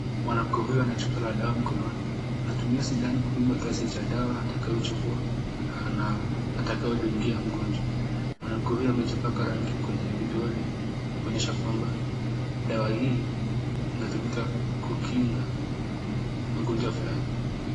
Mwanamke huyo ana chupa la dawa mkononi. Anatumia sindano kupima kiasi cha dawa atakayochukua ,atakayodungia mgonjwa. Mwanamke huyo amejipaka rangi kwenye vidole, kuonyesha kwamba dawa hii, inatumika kukinga magonjwa fulani.